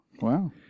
Wow